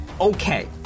Okay